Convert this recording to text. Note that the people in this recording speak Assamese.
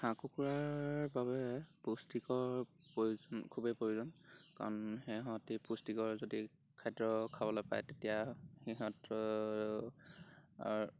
হাঁহ কুকুৰাৰ বাবে পুষ্টিকৰ প্ৰয়োজন খুবেই প্ৰয়োজন কাৰণ সিহঁতি পুষ্টিকৰ যদি খাদ্য় খাবলৈ পায় তেতিয়া সিহঁতৰ